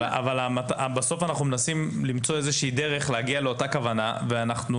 אבל בסוף אנחנו מנסים למצוא איזושהי דרך להגיע לאותה כוונה ואנחנו